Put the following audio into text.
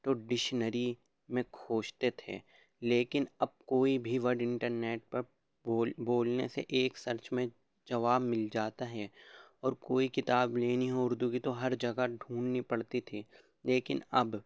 تو ڈشنری میں کھوجتے تھے لیکن اب کوئی بھی ورڈ انٹرنیٹ پر بول بولنے سے ایک سرچ میں جواب مل جاتا ہے اور کوئی کتاب لینی ہو اردو کی تو ہر جگہ ڈھونڈنی پڑھتی تھی لیکن اب